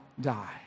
die